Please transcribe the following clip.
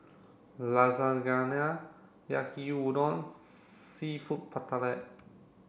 Lasagna Yaki Udon and Seafood Paella